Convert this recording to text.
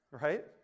right